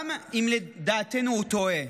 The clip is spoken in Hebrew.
גם אם לדעתנו הוא טועה,